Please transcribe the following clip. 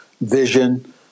vision